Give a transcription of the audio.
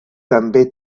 també